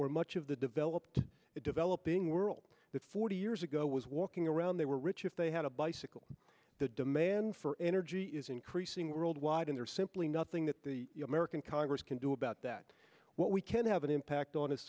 or much of the developed and developing world that forty years ago was walking around they were rich if they had a bicycle the demand for energy is increasing worldwide and there's simply nothing that the american congress can do about that what we can have an impact on is